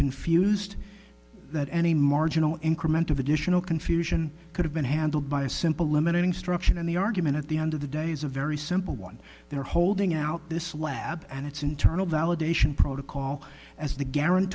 confused that any marginal increment of additional confusion could have been handled by a simple limited instruction and the argument at the end of the day is a very simple one they're holding out this lab and its internal validation protocol as the guarant